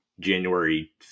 January